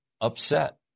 upset